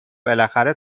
بالاخره